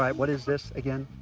like what is this again?